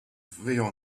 wyjął